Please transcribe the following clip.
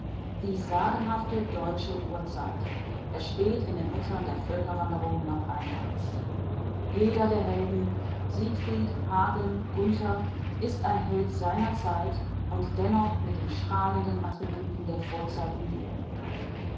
die sagenhafte deutsche urzeit ersteht in den rittern der völkerwanderung noch einmal jeder der helden siegfried hagen gunther ist ein held seiner zeit aber mit den strahlenden attributen der vorzeit umgeben